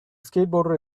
skateboarder